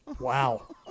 Wow